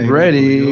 ready